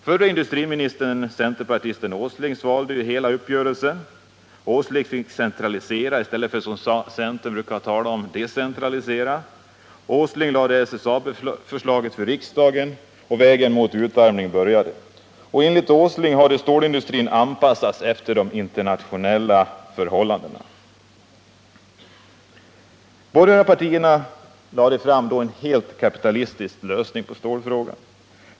Förre industriministern, centerpartisten Nils Åsling, svalde hela uppgörelsen. Nils Åsling fick centralisera i stället för att, vilket centern brukar tala om, decentralisera. Nils Åsling lade fram SSAB-förslaget för riksdagen, och utvecklingen mot utarmning hade påbörjats. Enligt Nils Åsling hade stålindustrin anpassats efter de internationella förhållandena. De borgerliga partierna lade fram en helt kapitalistisk lösning på stålpro blemet.